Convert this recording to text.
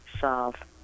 solve